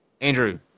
Andrew